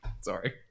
Sorry